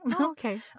Okay